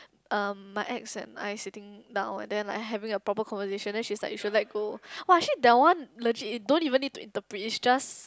um my ex and I sitting down and then like having a proper conversation then she's like you should let go [wah] actually that one legit you don't even need to interpret it's just